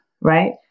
right